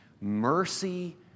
Mercy